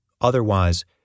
Otherwise